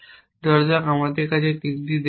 ধরা যাক আমার কাছে 3টি দেশ আছে